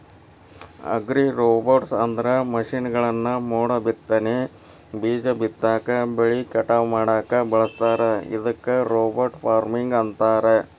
ಅಗ್ರಿರೋಬೊಟ್ಸ್ಅಂದ್ರ ಮಷೇನ್ಗಳನ್ನ ಮೋಡಬಿತ್ತನೆ, ಬೇಜ ಬಿತ್ತಾಕ, ಬೆಳಿ ಕಟಾವ್ ಮಾಡಾಕ ಬಳಸ್ತಾರ ಇದಕ್ಕ ರೋಬೋಟ್ ಫಾರ್ಮಿಂಗ್ ಅಂತಾರ